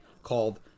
called